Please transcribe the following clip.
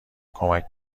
کمک